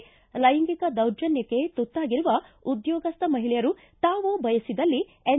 ಲ್ಯೆಂಗಿಕ ದೌರ್ಜನ್ನಕ್ಷೆ ತುತ್ತಾಗಿರುವ ಉದ್ಯೋಗಸ್ಥ ಮಹಿಳೆಯರು ತಾವು ಬಯಸಿದಲ್ಲಿ ಎನ್